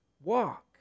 Walk